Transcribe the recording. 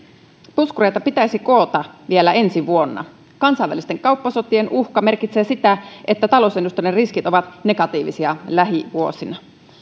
puskureita pitäisi koota vielä ensi vuonna kansainvälisten kauppasotien uhka merkitsee sitä että talousennusteiden riskit ovat negatiivisia lähivuosina